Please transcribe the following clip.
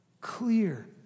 clear